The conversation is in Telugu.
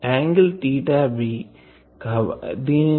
angle b